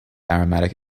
aromatic